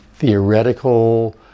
theoretical